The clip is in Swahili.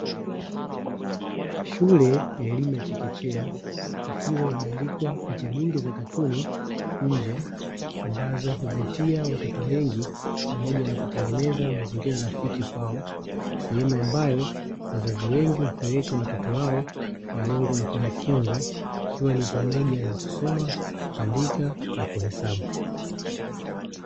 Shule ya elimu ya chekechea ikiwa imebadikwa picha nyingi za katuni nje ambazo huvutia watoto wengi pamoja na kutengeneza mazingira rafiki kwao sehemu ambayo wazazi wengi hupeleka watoto wao kwa lengo la kujifunza ikiwa ni pamoja na kusoma, kuandika na kuhesabu .